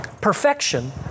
Perfection